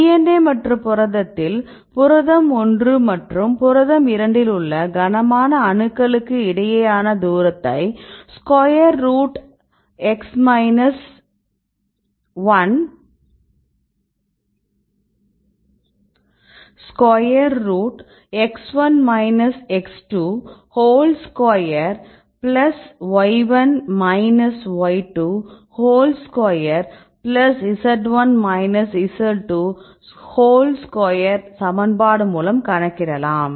DNA மற்றும் புரதத்தில் புரதம் 1 மற்றும் புரதம் 2 இல் உள்ள கனமான அணுக்களுக்கிடையேயான தூரத்தை square root X1 minus X2 whole square plus y1 minus y2 whole square plus z1 minus z2 whole square சமன்பாடு மூலம் கணக்கிடலாம்